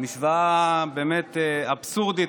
משוואה באמת אבסורדית.